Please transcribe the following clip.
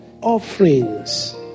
offerings